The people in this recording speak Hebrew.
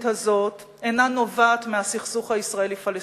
הזאת אינה נובעת מהסכסוך הישראלי-פלסטיני.